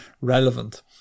relevant